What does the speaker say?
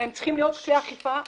הם צריכים להיות כלי אכיפה --- שנייה,